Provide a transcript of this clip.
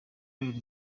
kubera